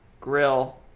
grill